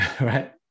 right